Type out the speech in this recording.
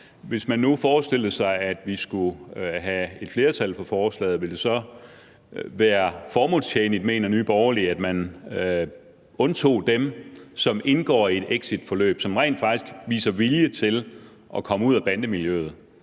Hvis man nu forestillede sig, at vi skulle have et flertal for forslaget, ville det så være formålstjenligt, mener Nye Borgerlige, at man undtog dem, som indgår i et exitforløb, og som rent faktisk viser vilje til at komme ud af bandemiljøet?